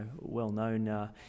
well-known